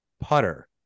putter